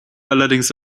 allerdings